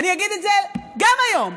אני אגיד את זה גם היום,